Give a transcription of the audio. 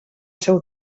seu